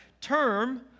term